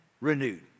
renewed